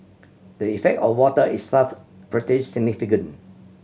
the effect or water is thus pretty significant